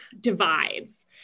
divides